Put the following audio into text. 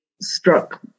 struck